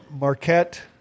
Marquette